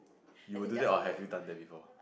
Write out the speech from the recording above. you will do that or have you done that before